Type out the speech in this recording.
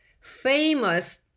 famous